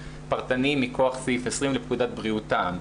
פרטניים מכוח סעיף 20 לפקודת בריאות העם.